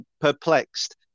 perplexed